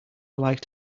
light